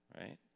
right